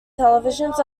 televisions